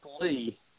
Lee